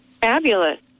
Fabulous